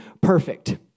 perfect